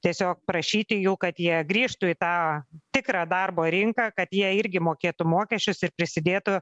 tiesiog prašyti jų kad jie grįžtų į tą tikrą darbo rinką kad jie irgi mokėtų mokesčius ir prisidėtų